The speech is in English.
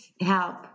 help